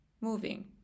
Moving